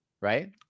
right